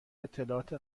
اطلاعات